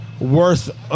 worth